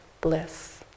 bliss